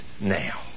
now